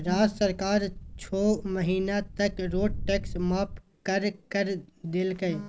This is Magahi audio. राज्य सरकार छो महीना तक रोड टैक्स माफ कर कर देलकय